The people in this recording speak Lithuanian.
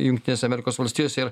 jungtinės amerikos valstijos ir